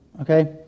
okay